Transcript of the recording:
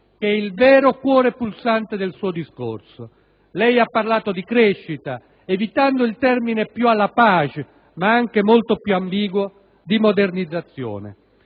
che è il vero cuore pulsante del suo discorso. Lei ha parlato di crescita evitando il termine più *à la page* - ma anche molto più ambiguo - di modernizzazione.